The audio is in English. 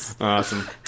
awesome